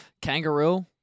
kangaroo